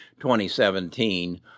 2017